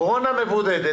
קורונה מבודדת.